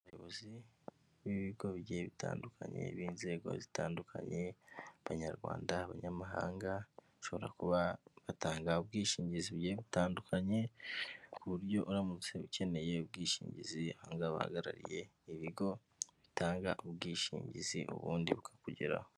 Abayobozi b'ibigo bigiye bitandukanye b'inzego zitandukanye, abanyarwanda abanyamahanga, bashobora kuba batanga ubwishingizi butandukanye, ku buryo uramutse ukeneye ubwishingizi, abahagarariye ibigo bitanga ubwishingizi ubundi bukakugeraho.